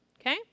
okay